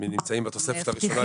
--- בתוספת הראשונה לחוק הסמכויות.